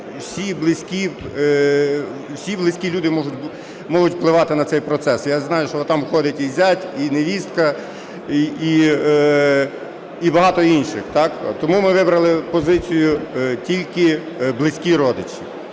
всі близькі люди можуть впливати на цей процес, я знаю, що там входить і зять, і невістка, і багато інших. Тому ми вибрали позицію – тільки близькі родичі.